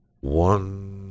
one